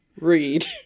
read